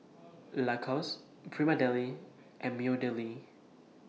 Lacoste Prima Deli and Meadowlea